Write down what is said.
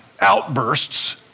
outbursts